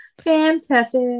fantastic